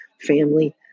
family